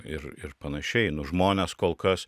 ir ir panašiai nu žmonės kol kas